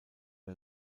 der